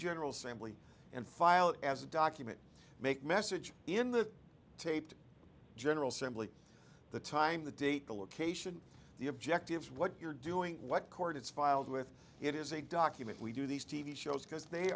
general sampling and file it as a document make message in the taped general simply the time the date the location the objectives what you're doing what court is filed with it is a document we do these t v shows because they